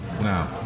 Now